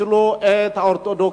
תפסלו את האורתודוקסים,